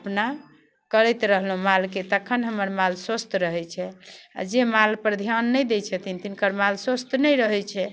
अपना करैत रहलहुँ मालके तखन हमर माल स्वस्थ रहै छै आओर जे मालपर धिआन नहि दै छथिन तिनकर माल स्वस्थ नहि रहै छै